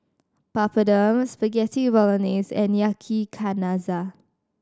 Papadum Spaghetti Bolognese and Yakizakana